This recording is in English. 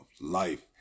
life